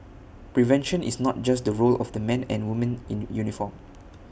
prevention is not just the role of the men and women in uniform